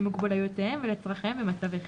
למוגבלויותיהם וצרכיהם במצבי חירום."